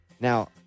Now